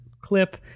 clip